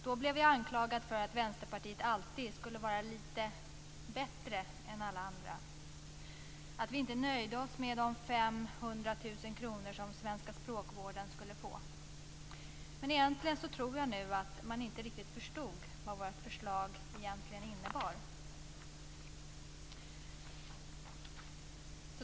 Då blev vi i Vänsterpartiet anklagade för att vi alltid skulle vara lite bättre än alla andra, att vi inte nöjde oss med de 500 000 kr som den svenska språkvården skulle få. Jag tror att man inte riktigt förstod vad vårt förslag egentligen innebar.